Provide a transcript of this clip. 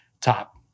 top